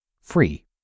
free